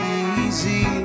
easy